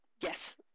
yes